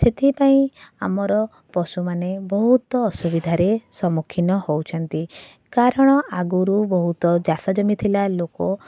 ସେଥିପାଇଁ ଆମର ପଶୁମାନେ ବହୁତ ଅସୁବିଧାରେ ସମ୍ମୁଖୀନ ହେଉଛନ୍ତି କାରଣ ଆଗରୁ ବହୁତ ଚାଷଜମି ଥିଲା ଲୋକ